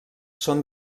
són